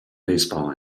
baseball